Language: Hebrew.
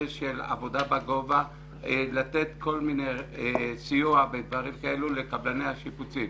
של עבודה בגובה ולתת סיוע בדברים כאלו לקבלני השיפוצים.